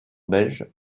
belges